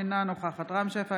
אינה נוכחת רם שפע,